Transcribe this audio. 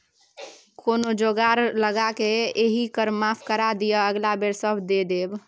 कोनो जोगार लगाकए एहि कर माफ करा दिअ अगिला बेर सभ दए देब